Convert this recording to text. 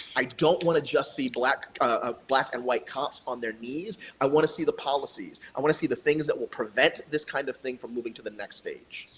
i don't want to just see black kind of ah black and white cops on their knees, i want to see the policies. i want to see the things that will prevent this kind of thing from moving to the next stage.